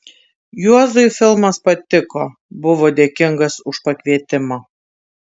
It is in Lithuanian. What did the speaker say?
juozui filmas patiko buvo dėkingas už pakvietimą